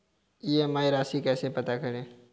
EMI राशि कैसे पता करें?